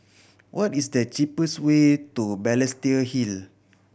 what is the cheapest way to Balestier Hill